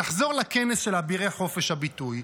נחזור לכנס של אבירי חופש הביטוי.